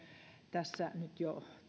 tässä nyt jo